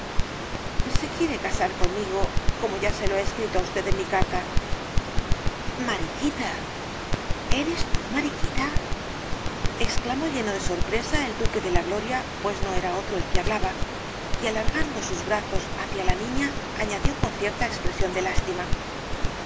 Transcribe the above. deseo se quiere casar conmigo como ya se lo he escrito á usted en mi carta mariquita eres tú mariquita exclamó lleno de sorpresa el duque de la gloria pues no era otro el que hablaba y alargando sus brazos hacia la niña añadió con cierta expresión de lástima